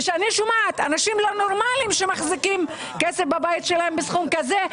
וכשאני שומעת אנשים לא נורמליים שמחזיקים כסף בבית שלהם בסכום כזה,